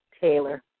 Taylor